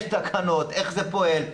יש תקנות איך זה פועל,